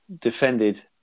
defended